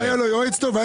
אם היה לו יועץ טוב,